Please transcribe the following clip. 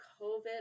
COVID